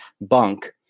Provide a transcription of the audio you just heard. bunk